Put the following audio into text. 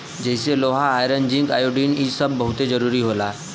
जइसे लोहा iron zinc iodine इ सब बहुत जरूरी होला